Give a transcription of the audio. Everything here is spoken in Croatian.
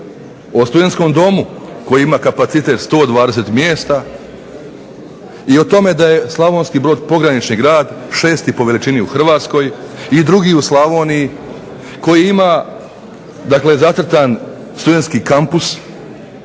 O studentskom domu koji ima kapacitet 120 mjesta i o tome da je Slavonski Brod pogranični grad šesti po veličini u Hrvatskoj i drugi u Slavoniji koji ima dakle zacrtan Studentski kampus